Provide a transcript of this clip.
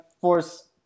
force